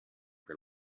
her